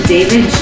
David